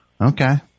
Okay